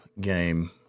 game